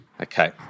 Okay